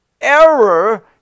error